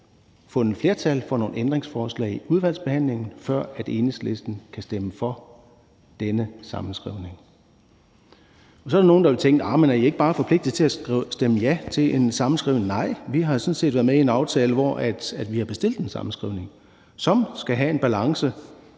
at få fundet flertal for nogle ændringsforslag i udvalgsbehandlingen, før Enhedslisten kan stemme for denne sammenskrivning. Så er der nogle, der vil tænke: Arh, er I ikke bare forpligtet til at stemme ja til en sammenskrivning? Nej, vi har jo sådan set været med i en aftale, hvor vi har bestilt en sammenskrivning, som skal have en balance